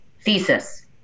thesis